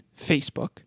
facebook